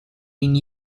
being